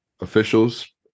officials